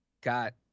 got